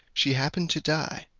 she happened to die,